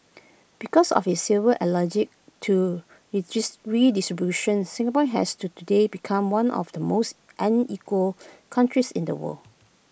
because of his severe allergy to redistribution Singapore has today become one of the most unequal countries in the world